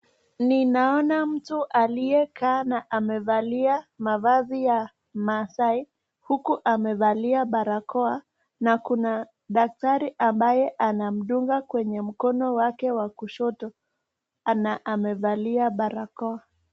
Ninaona mtu aliyekaa na amevalia mavazi ya maasai huku amevalia barakoa na kuna daktari ambaye anamdunga kwenye mkono wake wa kushoto amevalia barakoa.